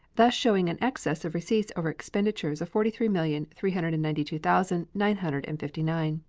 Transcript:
thus showing an excess of receipts over expenditures of forty three million three hundred and ninety two thousand nine hundred and fifty nine